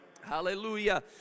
Hallelujah